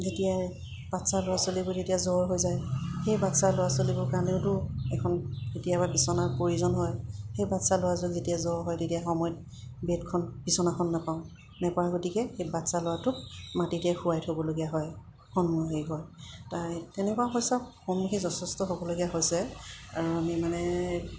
যেতিয়া বাচ্ছা ল'ৰা ছোৱালীবোৰ যেতিয়া জ্বৰ হৈ যায় সেই বাচ্ছা ল'ৰা ছোৱালীবোৰ কাৰণেওতো এখন কেতিয়াবা বিচনাৰ প্ৰয়োজন হয় সেই বাচ্ছা ল'ৰাজন যেতিয়া জ্বৰ হয় তেতিয়া সময়ত বেডখন বিচনাখন নাপাওঁ নাপাওঁ গতিকে সেই বাচ্ছা ল'ৰাটোক মাটিতে শুৱাই থ'বলগীয়া হয় সন্মুখীন হয় তাই তেনেকুৱা সমস্যা সন্মুখীন যথেষ্ট হ'বলগীয়া হৈছে আৰু আমি মানে